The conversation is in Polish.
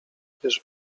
gdyż